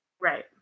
right